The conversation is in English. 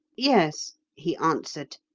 yes, he answered,